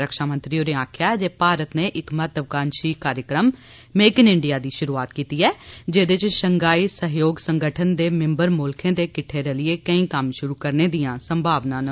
रक्षा मंत्री होरे आक्खेआ जे भारत नै इक महत्वाकांक्षी कार्यक्रम ''मेक इन इंडिया'' दी शुरूआत कीती ऐ जेह्दे च शंघाई सैह्योग संगठन दे मिंबर मुल्खें दे किद्ठे रलियै केई कम्म शुरू करने दियां संभावना न